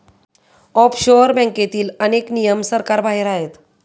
offshore बँकेतील अनेक नियम सरकारबाहेर आहेत